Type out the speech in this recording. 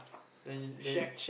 then then